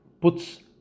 puts